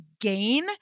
gain